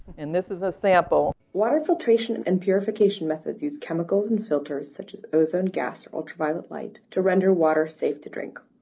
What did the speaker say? and this is a sample. water filtration and purification methods use chemicals and filters such as ozone gas or ultraviolet light to render water safe to drink.